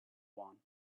one